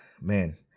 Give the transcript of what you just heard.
Man